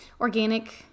organic